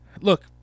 Look